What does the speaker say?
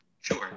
Sure